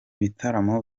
bitaramo